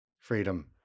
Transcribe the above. Freedom